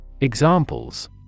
Examples